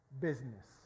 business